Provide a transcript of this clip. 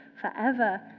forever